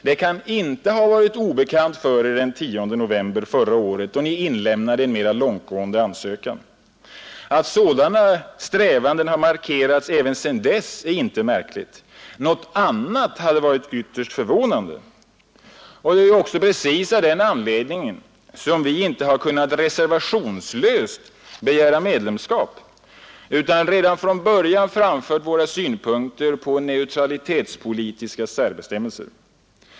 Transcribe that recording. Det kan inte ha varit obekant för Er den 10 november förra året då Ni inlämnade en mera långtgående ansökan. Att sådana strävanden har markerats även sedan dess är inte märkligt. Något annat hade varit ytterst förvånande. Det är också precis av den anledningen som vi inte har kunnat reservationslöst begära medlemskap utan redan från början framfört våra synpunkter på neutralitetspolitiska särbestämmelser.